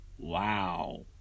Wow